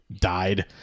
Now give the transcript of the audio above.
died